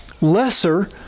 lesser